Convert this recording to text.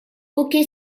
hockey